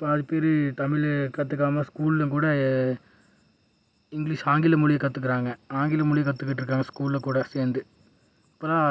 பாதி பேர் தமிழை கற்றுக்காம ஸ்கூல்லம் கூட இங்கிலிஷ் ஆங்கில மொழியை கற்றுக்குறாங்க ஆங்கில மொழி கற்றுக்கிட்டுருக்காங்க ஸ்கூலில் கூட சேர்ந்து இப்பெல்லாம்